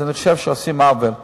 אז אני חושב שעושים עוול.